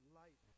light